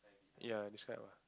ya describe ah